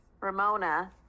Ramona